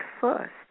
first